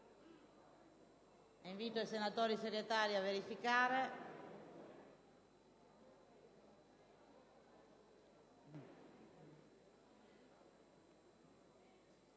Invito il senatore Segretario a verificare